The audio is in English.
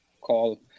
call